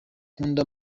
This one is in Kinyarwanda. nkunda